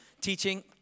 teaching